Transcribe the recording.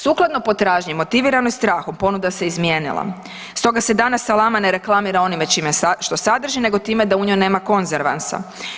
Sukladno potražnji motiviranoj strahom, ponuda se izmijenila stoga se salama ne reklamira onime što sadrži nego time da u njoj nema konzervansa.